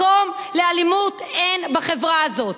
מקום לאלימות אין בחברה הזאת.